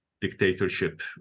dictatorship